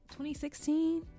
2016